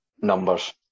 numbers